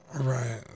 Right